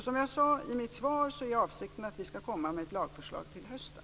Som jag sade i mitt svar är avsikten att vi skall komma med ett lagförslag till hösten.